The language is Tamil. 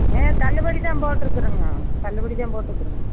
ஆ தள்ளுபடிதான் போட்ருக்குறோம்ங்க தள்ளுபடிதான் போட்ருக்குறோம்ங்க